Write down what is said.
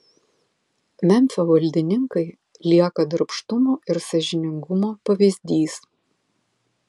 memfio valdininkai lieka darbštumo ir sąžiningumo pavyzdys